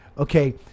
Okay